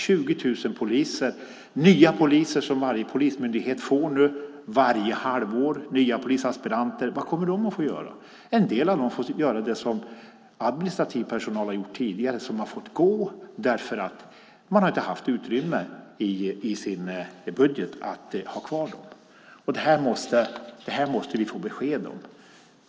Nya polisaspiranter får nu varje polismyndighet varje halvår. Vad kommer de att få göra? Ja, en del av dem får göra det som administrativ personal tidigare har gjort - personal som har fått gå därför att man i sin budget inte haft utrymme för att ha kvar dem. Det måste vi få ett besked om.